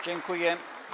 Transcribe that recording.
Dziękuję.